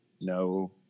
no